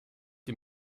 die